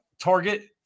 target